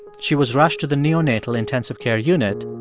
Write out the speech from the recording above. she was rushed to the neonatal intensive care unit,